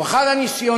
הוא אחד הניסיונות